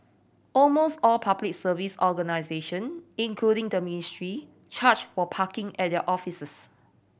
almost all Public Service organisation including the ministry charge for parking at their offices